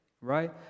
right